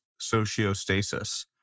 sociostasis